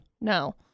no